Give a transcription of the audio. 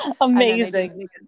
Amazing